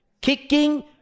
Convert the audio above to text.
Kicking